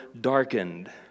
darkened